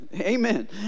Amen